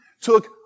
took